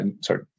sorry